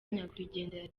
nyakwigendera